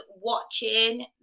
watching